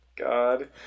god